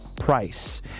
price